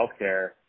healthcare